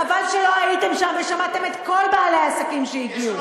חבל שלא הייתם שם ושמעתם את כל בעלי העסקים שהגיעו.